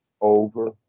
over